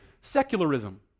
secularism